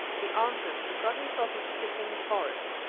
he answered, to cut himself a stick in the forest,